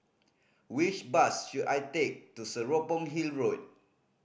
which bus should I take to Serapong Hill Road